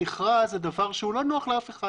מכרז זה דבר שהוא לא נוח לאף אחד